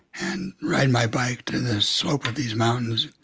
and ride my bike to the slope of these mountains,